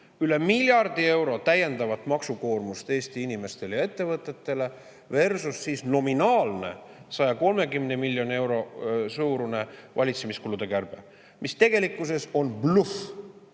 üle miljardi euro täiendavat maksukoormust Eesti inimestele ja ettevõteteleversusnominaalne 130 miljoni euro suurune valitsemiskulude kärbe, mis tegelikkuses on bluff,